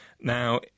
Now